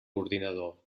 ordinador